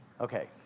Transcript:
Okay